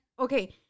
Okay